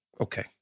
Okay